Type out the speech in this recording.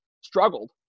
struggled